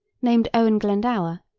named owen glendower,